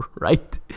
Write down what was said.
right